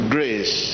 Grace